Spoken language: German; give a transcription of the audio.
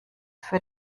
für